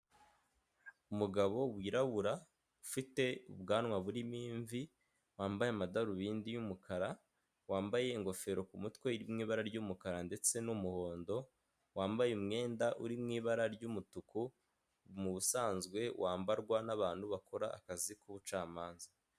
Umugabo wirabura ufite ubwanwa burimo imvi, wambaye amadarubindi yumukara, wambaye ingofero ku mutwe iri mw’ibara ry'umukara ndetse n'umuhondo, wambaye umwenda uri mw’ibara ry'umutuku mubusanzwe wambarwa nabantu bakora akazi k'ubucamanza.